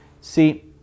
See